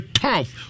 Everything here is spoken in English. tough